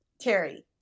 Terry